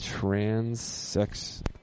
Transsex